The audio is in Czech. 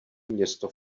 město